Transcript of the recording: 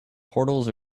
portals